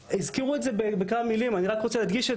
הזכירו את זה בכמה מילים ואני רק רוצה להדגיש את